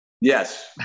Yes